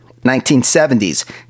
1970s